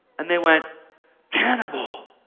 and they went cannibal.